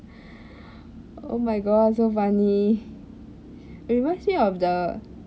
oh my god so funny it reminds me of the